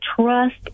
trust